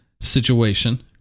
situation